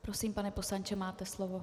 Prosím, pane poslanče, máte slovo.